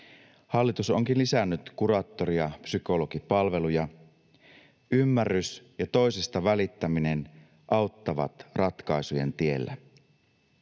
Hallitus onkin lisännyt kuraattori- ja psykologipalveluja. Ymmärrys ja toisesta välittäminen auttavat ratkaisujen tiellä.